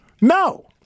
no